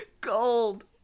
Gold